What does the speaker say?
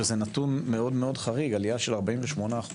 שזה נתון מאוד-מאוד חריג עלייה של 48%